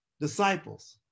disciples